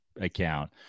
Account